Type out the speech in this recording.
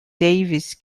davis